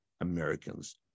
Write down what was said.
Americans